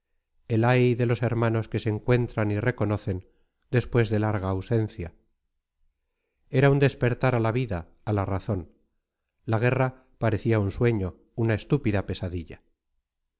el ay de los hermanos que se encuentran y reconocen después de larga ausencia era un despertar a la vida a la razón la guerra parecía un sueño una estúpida pesadilla